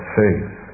faith